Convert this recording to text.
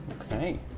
Okay